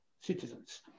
citizens